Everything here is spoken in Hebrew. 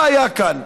מה היה כאן?